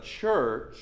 church